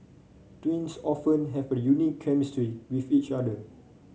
twins often have a unique chemistry with each other